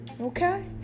Okay